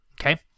Okay